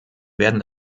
werden